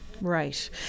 Right